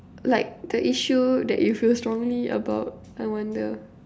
like the issue that you feel strongly about I wonder